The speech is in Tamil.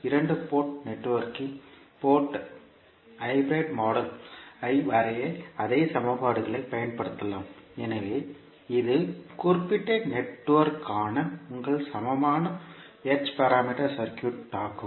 இரண்டு போர்ட் நெட்வொர்க்கின் ஹைபிரிட் மாடல் ஐ வரைய அதே சமன்பாடுகளைப் பயன்படுத்தலாம் எனவே இது ஒரு குறிப்பிட்ட நெட்வொர்க் ஆன உங்கள் சமமான h பாராமீட்டர் சர்க்யூட் ஆகும்